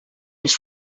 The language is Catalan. els